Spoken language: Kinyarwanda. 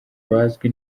bazwi